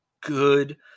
good